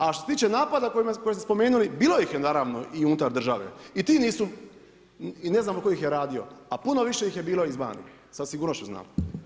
A što se tiče napada koje ste spomenuli, bilo ih je naravno i unutar države i ti nisu, i ne znamo tko ih je radio a puno više ih je bilo izvana, sa sigurnošću znam.